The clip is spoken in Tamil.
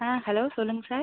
ஆ ஹலோ சொல்லுங்கள் சார்